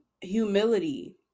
humility